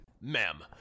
Ma'am